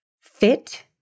Fit